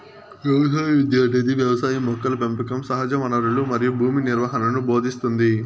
వ్యవసాయ విద్య అనేది వ్యవసాయం మొక్కల పెంపకం సహజవనరులు మరియు భూమి నిర్వహణను భోదింస్తుంది